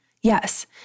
Yes